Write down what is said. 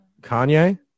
Kanye